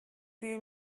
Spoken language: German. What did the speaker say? fühle